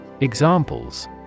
Examples